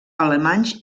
alemanys